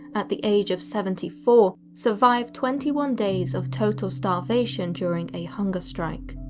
at the age of seventy four, survived twenty one days of total starvation during a hunger strike.